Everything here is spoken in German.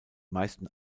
meisten